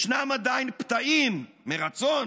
ישנם עדיין פתאים מרצון